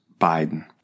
Biden